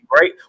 right